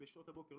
בשעות הבוקר,